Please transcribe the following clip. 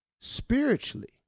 spiritually